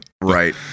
Right